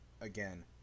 Again